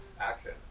Action